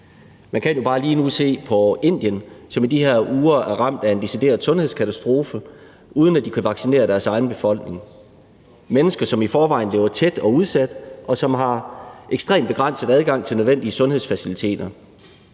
Man kan jo bare lige nu se på Indien, som i de her uger er ramt af en decideret sundhedskatastrofe, uden at de kan vaccinere deres egen befolkning – mennesker, som i forvejen lever tæt og udsat, og som har ekstremt begrænset adgang til nødvendige sundhedsfaciliteter.